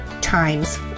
times